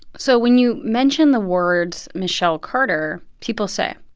so when you mention the words michelle carter, people say,